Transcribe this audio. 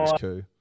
Coup